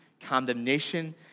condemnation